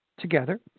together